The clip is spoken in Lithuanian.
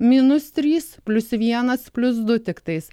minus trys plius vienas plius du tiktais